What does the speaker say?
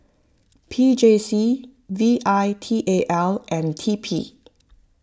P J C V I T A L and T P